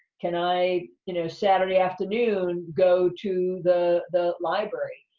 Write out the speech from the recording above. can i, you know, saturday afternoon, go to the the library?